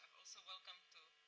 also welcome to